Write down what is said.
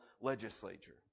legislature